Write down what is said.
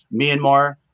myanmar